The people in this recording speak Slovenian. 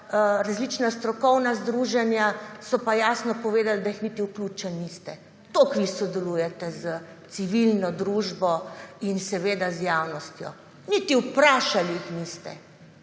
različna strokovna združenja, so pa jasno povedali, da jih niti vključili niste. Toliko vi sodelujete s civilno družbo in seveda z javnostjo. Niti vprašali jih niste.